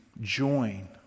join